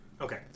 Okay